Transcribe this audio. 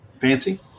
Fancy